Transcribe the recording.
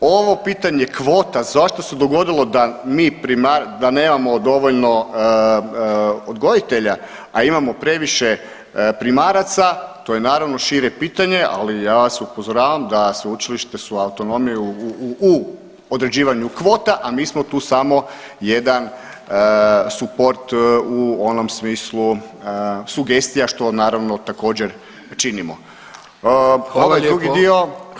Ovo pitanje kvota, zašto se dogodilo da mi pri .../nerazumljivo/... da nemamo dovoljno odgojitelja, a imamo previše primaraca, to je naravno šire pitanje, ali ja vas upozoravam da sveučilišta su autonomiju u određivanju kvota, a mi smo tu samo jedan suport u onom smislu sugestija, što naravno također, činimo [[Upadica: Hvala lijepo.]] Ovaj drugi dio